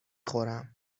خورم